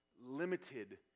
limited